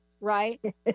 right